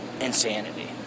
insanity